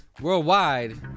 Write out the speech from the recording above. Worldwide